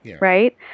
Right